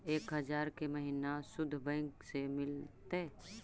एक हजार के महिना शुद्ध बैंक से मिल तय?